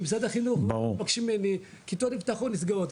ומשרד החינוך מבקשים ממני, כיתות נפתחות ונסגרות.